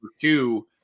two